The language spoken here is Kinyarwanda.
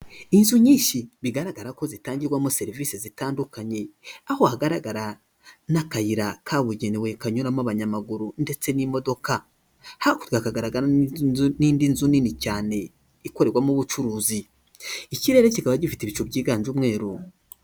Inzu nyinshi bigaragara ko zitangirwamo serivisi zitandukanye, aho hagaragara n'akayira kabugenewe kanyuramo abanyamaguru ndetse n'imodoka, hakurya hagaragara n'indi nzu nini cyane ikorerwamo ubucuruzi, ikirere kikaba gifite ibicu byiganje umweru.